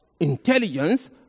intelligence